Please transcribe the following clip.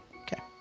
Okay